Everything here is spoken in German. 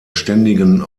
ständigen